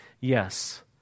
Yes